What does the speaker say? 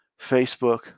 Facebook